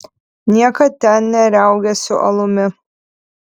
niekad ten neriaugėsiu alumi